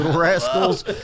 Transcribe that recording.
rascals